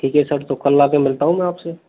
ठीक है सर तो कल आ के मिलता हूँ मैं आपसे